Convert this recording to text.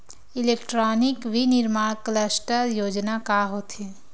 Electronic विनीर्माण cluster योजना का होथे?